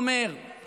אז תתקן ואל תהרוס.